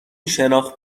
شناخت